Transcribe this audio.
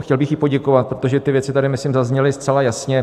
Chtěl bych jí poděkovat, protože ty věci tady myslím zazněly zcela jasně.